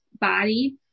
body